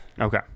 Okay